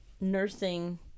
nursing